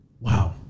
Wow